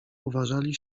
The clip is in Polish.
uważali